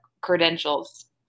credentials